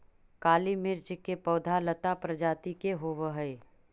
काली मिर्च के पौधा लता प्रजाति के होवऽ हइ